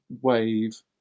wave